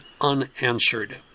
unanswered